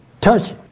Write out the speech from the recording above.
touch